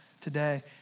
today